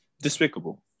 Despicable